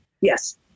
yes